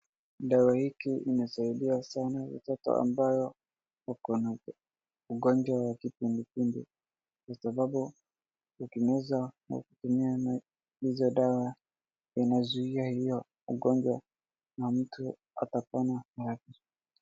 Dawa hii inasaidia sana mtoto ambaye akona ugonjwa wa kipindupindu kwa sababu ukimeza hiyo dawa inazuia hiyo ugonjwa na mtu atapona haraka.